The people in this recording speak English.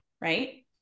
right